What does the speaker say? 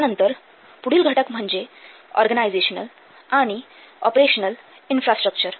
त्यानंतर पुढील घटक म्हणजे ऑर्गनायझेशनल आणि ऑपरेशनल इन्फ्रास्ट्रक्चर